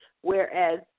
Whereas